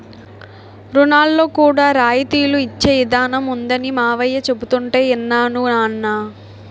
రుణాల్లో కూడా రాయితీలు ఇచ్చే ఇదానం ఉందనీ మావయ్య చెబుతుంటే యిన్నాను నాన్నా